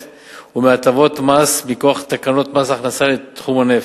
ומהטבות מס מכוח תקנות מס הכנסה לתחום הנפט.